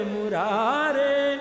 Murare